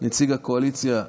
נציג הקואליציה,